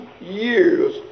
years